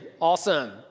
Awesome